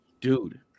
dude